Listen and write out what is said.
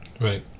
Right